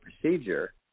procedure